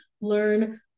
learn